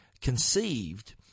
conceived